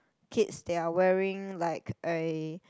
kids they are wearing like a